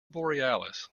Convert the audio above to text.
borealis